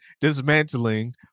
dismantling